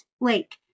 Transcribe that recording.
lake